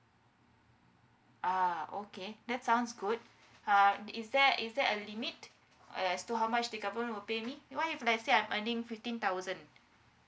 ah okay that's sounds good uh is there is there a limit as to how much the government will pay me what if let's say I'm earning fifteen thousand